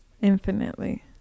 infinitely